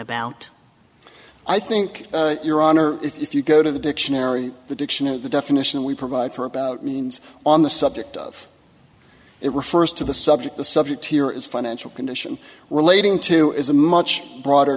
about i think your honor if you go to the dictionary the dictionary definition we provide for about means on the subject of it refers to the subject the subject here is financial condition relating to is a much broader